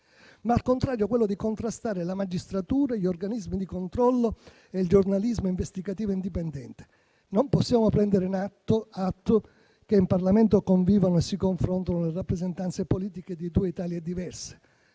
ma, al contrario, quella di contrastare la magistratura, gli organismi di controllo e il giornalismo investigativo indipendente. Non possiamo che prendere atto che in Parlamento convivono e si confrontano le rappresentanze politiche di due Italie diverse: